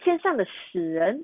天上的死人